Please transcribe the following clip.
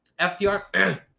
FDR